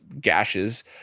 gashes